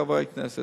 חברי הכנסת,